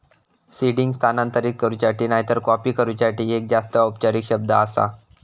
seeding स्थानांतरित करूच्यासाठी नायतर कॉपी करूच्यासाठी एक जास्त औपचारिक शब्द आसा